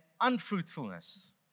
unfruitfulness